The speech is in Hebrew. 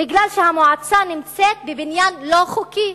בגלל שהמועצה נמצאת בבניין לא חוקי.